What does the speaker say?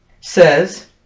says